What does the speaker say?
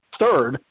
Third